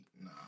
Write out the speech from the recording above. nah